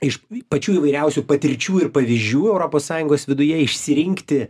iš pačių įvairiausių patirčių ir pavyzdžių europos sąjungos viduje išsirinkti